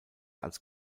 als